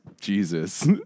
Jesus